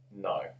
No